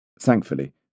Thankfully